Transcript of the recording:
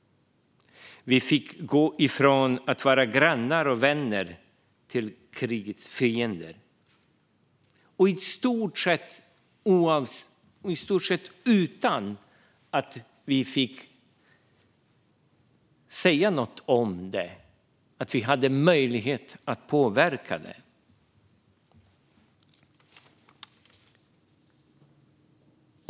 Vi fick gå ifrån att vara grannar och vänner till att bli krigets fiender utan att vi hade möjlighet att påverka.